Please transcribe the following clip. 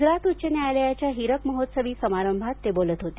गुजरात उच्च न्यायालयाच्या हीरक महोत्सवी समारंभात ते बोलत होते